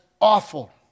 awful